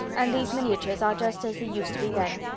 and these miniatures are just as they used to be then.